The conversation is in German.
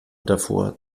davor